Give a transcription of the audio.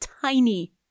tiny